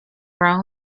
rome